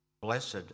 blessed